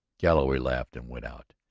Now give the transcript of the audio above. galloway laughed and went out.